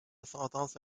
sentence